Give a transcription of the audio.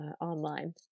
online